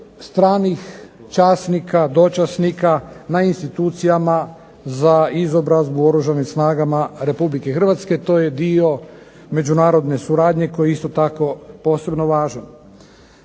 stranih časnika, dočasnika na institucijama za izobrazbu u Oružanim snagama RH? To je dio međunarodne suradnje koji je isto tako posredno važan.